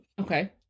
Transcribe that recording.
Okay